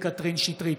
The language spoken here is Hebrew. קטי קטרין שטרית,